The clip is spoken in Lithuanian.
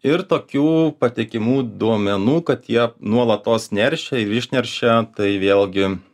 ir tokių patikimų duomenų kad jie nuolatos neršia ir išneršia tai vėlgi